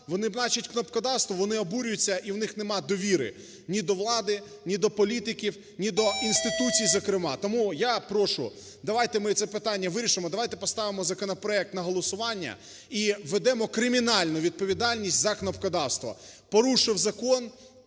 вони обурюються і в них немає довіри ні до влади, ні до політиків, ні до інституцій, зокрема. Тому я прошу давайте ми це питання вирішимо, давайте поставимо законопроект на голосування і введемо кримінальну відповідальність за кнопкодавство. Порушив закон,